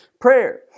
prayer